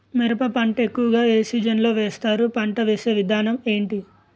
మిరప పంట ఎక్కువుగా ఏ సీజన్ లో వేస్తారు? పంట వేసే విధానం ఎంటి?